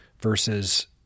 versus